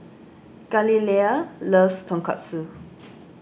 Galilea loves Tonkatsu